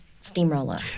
steamroller